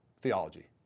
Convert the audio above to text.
theology